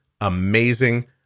amazing